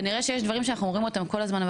כנראה שיש דברים שאנחנו אומרים אותם כל הזמן,